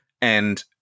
And-